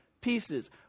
pieces